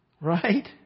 right